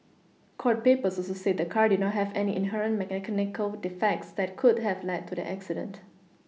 court papers also said the car did not have any inherent mechanical defects that could have led to the accident